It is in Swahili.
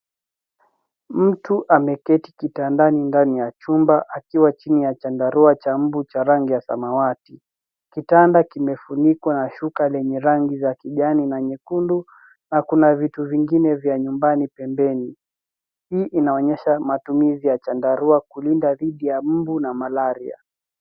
Mtu ameketi kitandani ndani ya chumba akiwa chini ya chandarua cha mbu cha rangi ya samawati. Kitanda kimefunikwa shuka lenye rangi za kijani na nyekundu na kuna vitu vingine vya nyumbani pembeni. Hii inaonyesha matumizi ya chandarua kulinda dhidi ya mbu na malaria.